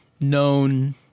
known